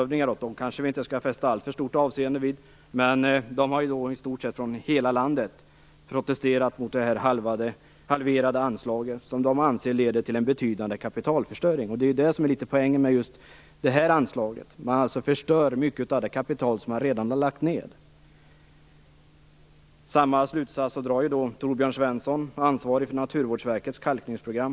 Vi skall kanske inte fästa alltför stort avseende vid landshövdingar, men de har ju i stort sett från hela landet protesterat mot det halverade anslaget. De anser att det leder till en betydande kapitalförstöring. Det är ju litet grand poängen med det här anslaget. Man förstör mycket av det kapital som man redan har lagt ned. Samma slutsats drar Torbjörn Svensson som är ansvarig för Naturvårdsverkets kalkningsprogram.